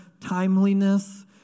timeliness